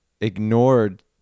ignored